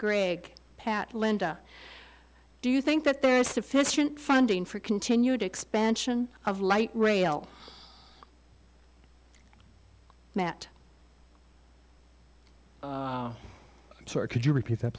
greg pat linda do you think that there is sufficient funding for continued expansion of light rail matt sir could you repeat that